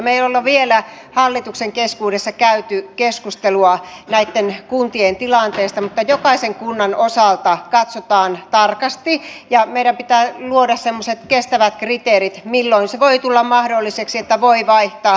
me emme ole vielä hallituksen keskuudessa käyneet keskustelua näitten kuntien tilanteista mutta jokaisen kunnan osalta tämä katsotaan tarkasti ja meidän pitää luoda semmoiset kestävät kriteerit milloin se voi tulla mahdolliseksi että voi vaihtaa